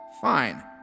fine